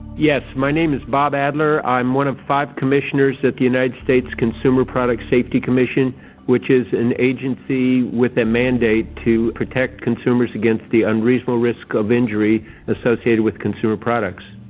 yes, my name is bob adler, i'm one of five commissioners at the united states consumer product safety commission which is an agency with a mandate to protect consumers against the unreasonable risk of injury associated with consumer products.